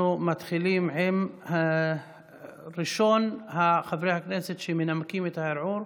אנחנו מתחילים עם ראשון חברי הכנסת שמנמקים את הערעור,